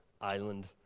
island